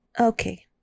Okay